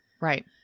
right